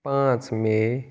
پانٛژھ مے